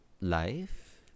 life